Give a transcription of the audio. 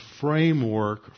framework